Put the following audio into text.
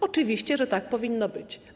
Oczywiście, że tak powinno być.